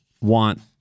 want